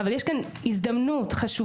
אבל יש כאן הזדמנות חשובה,